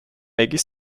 maggie